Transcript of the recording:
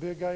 det.